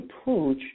approach